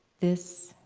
this